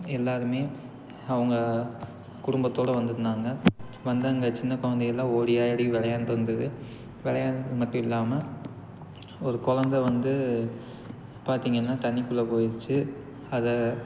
எல்லோருமே அவங்க குடும்பத்தோடய வந்துருந்தாங்க வந்து அங்கே சின்ன குழந்தையெல்லாம் ஓடி ஆடி விளையாண்டு இருந்துது விளையாட்றது மட்டும் இல்லாம ஒரு குழந்த வந்து பார்த்தீங்கன்னா தண்ணிக்குள்ள போயிடுச்சி அதை